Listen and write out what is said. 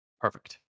Perfect